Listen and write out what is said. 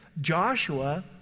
Joshua